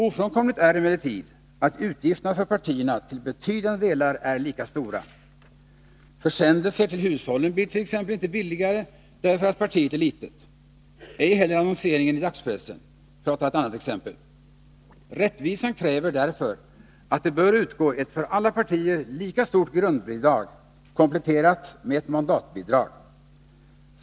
Ofrånkomligt är emellertid att utgifterna för partierna till betydande delar är lika stora. Försändelser till hushållen blir t.ex. inte billigare därför att partiet är litet, ej heller annonseringen i dagspressen, för att ta ett annat exempel. Rättvisan kräver därför att det bör utgå ett för alla partier lika stort grundbidrag, kompletterat med ett mandatbidrag.